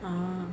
orh